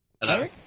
Hello